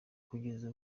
kugeza